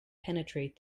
penetrate